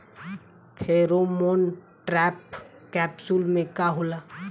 Pheromone trap capsule में का होला?